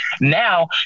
Now